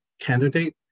candidate